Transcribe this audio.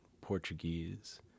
Portuguese